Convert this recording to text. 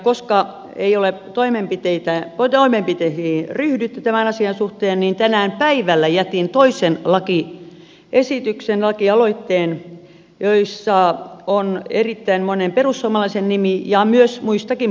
koska ei ole toimenpiteisiin ryhdytty tämän asian suhteen niin tänään päivällä jätin toisen lakialoitteen jossa on erittäin monen perussuomalaisen nimi ja nimiä myös muistakin puolueista